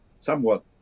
somewhat